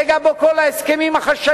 רגע שבו כל ההסכמים החשאיים,